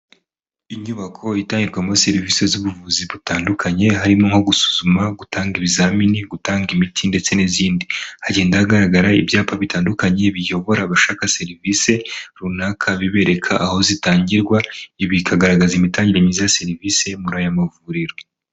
Inyubako itangirwamo serivisi z'ubuvuzi butandukanye, harimo nko gusuzuma, gutanga ibizamini, gutanga imiti, ndetse n'izindi. Hagenda hagaragara ibyapa bitandukanye biyobora abashaka serivisi runaka bibereka aho zitangirwa, ibi bikagaragaza imitangire myiza ya serivisi muri aya mavuriro.